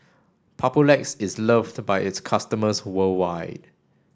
Papulex is loved by its customers worldwide